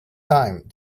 time